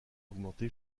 augmenté